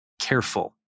careful